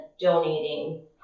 donating